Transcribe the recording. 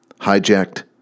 hijacked